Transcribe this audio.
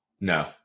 no